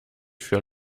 für